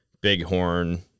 bighorn